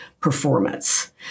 performance